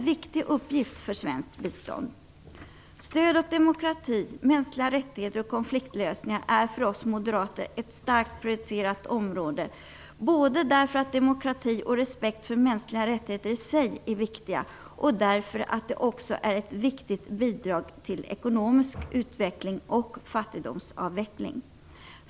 Stöd för demokrati, mänskliga rättigheter och konfliktlösningar är för oss moderater starkt prioriterade områden, både därför att demokrati och respekt för mänskliga rättigheter i sig är viktiga och därför att det också är ett viktigt bidrag till ekonomisk utveckling och fattigdomsavveckling.